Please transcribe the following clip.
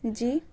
جی